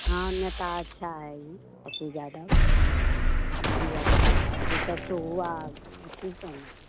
हाँ नेता अच्छा है ई पप्पू जादब ई भी अच्छा है ऊ सब तो हुआ अथी सब न